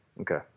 Okay